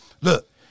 look